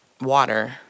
water